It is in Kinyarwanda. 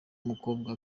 umukobwa